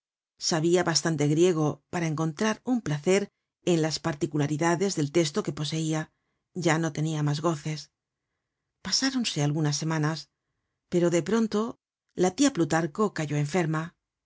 sabia bastante griego para encontrar un placer en las particularidades del testo que poseia ya no tenia mas goces pasáronse algunas semanas pero de pronto la tía plutarco cayó enferma